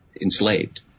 enslaved